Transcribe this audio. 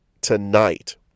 tonight